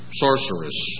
sorceress